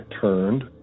turned